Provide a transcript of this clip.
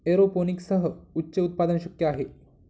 एरोपोनिक्ससह उच्च उत्पादन शक्य आहे